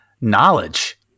knowledge